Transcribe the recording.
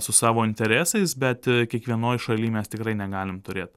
su savo interesais bet kiekvienoj šalyj mes tikrai negalim turėt